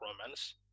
romance